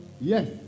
Yes